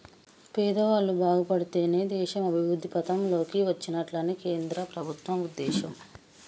పేదవాళ్ళు బాగుపడితేనే దేశం అభివృద్ధి పథం లోకి వచ్చినట్లని కేంద్ర ప్రభుత్వం ఉద్దేశం